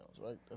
right